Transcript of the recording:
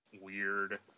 weird